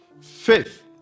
faith